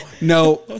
no